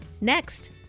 next